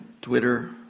Twitter